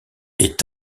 est